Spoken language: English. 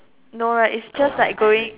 no right it's just like going